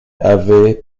avaient